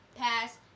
pass